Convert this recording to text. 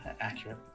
accurate